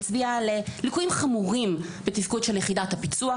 הצביע על ליקויים חמורים בתפקוד של יחידת הפיצו"ח,